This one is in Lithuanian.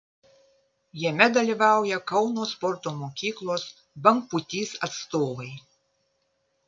jame dalyvauja kauno sporto mokyklos bangpūtys atstovai